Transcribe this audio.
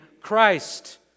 Christ